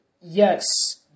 Yes